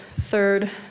third